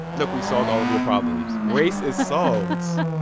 look, we solved all of your problems. race is solved so